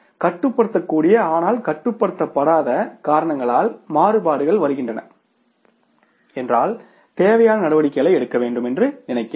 கட்டுப்படுத்தக்கூடிய ஆனால் கட்டுப்படுத்தப்படாத காரணங்களால் மாறுபாடுகள் வருகின்றன என்றால் தேவையான நடவடிக்கைகளை எடுக்க வேண்டும் என்று நினைக்கிறேன்